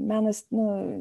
menas na